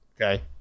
Okay